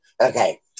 Okay